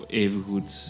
evengoed